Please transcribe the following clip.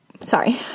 sorry